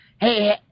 Hey